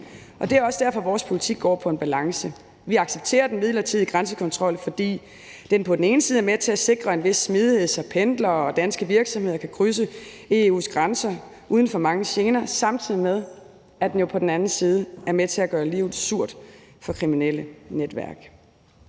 Det er også derfor, vores politik går balancegang. Vi accepterer den midlertidige grænsekontrol, fordi den på den ene side er med til at sikre en vis smidighed, så pendlere og danske virksomheder kan krydse EU's grænser uden for mange gener, samtidig med at den jo på den anden side er med til at gøre livet surt for kriminelle netværk.